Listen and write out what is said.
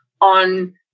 on